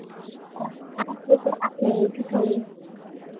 हमको सलाह लेनी थी थोड़ी